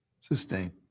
Sustain